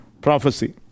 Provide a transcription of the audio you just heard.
prophecy